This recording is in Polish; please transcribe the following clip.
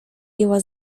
jęła